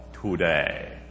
today